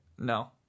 no